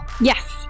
yes